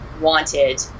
wanted